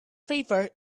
paper